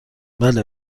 بله